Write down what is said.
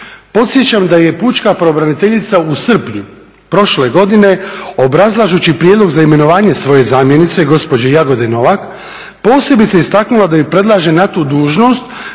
Podsjećam da je pučka pravobraniteljica u srpnju prošle godine obrazlažući prijedlog za imenovanje svoje zamjenice gospođe Jagode Novak posebice istaknula da je predlaže na tu dužnost